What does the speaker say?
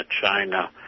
China